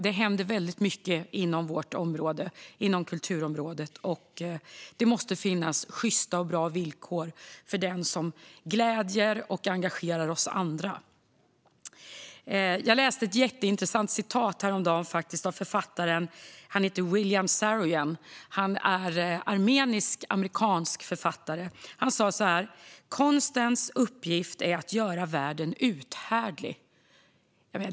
Det händer väldigt mycket inom kulturområdet, och det måste finnas sjysta och bra villkor för den som gläder och engagerar oss andra. Jag läste ett jätteintressant citat häromdagen av den armenisk-amerikanske författaren William Saroyan. Han har sagt: "Konstens uppgift är att göra världen uthärdlig."